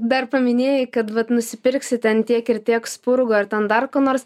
dar paminėjai kad vat nusipirksi ten tiek ir tiek spurgų ar ten dar ko nors